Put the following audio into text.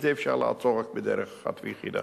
את זה אפשר לעצור רק בדרך אחת ויחידה.